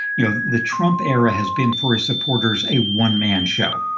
you know, the trump era has been, for his supporters, a one man show,